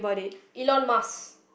Elon-Musk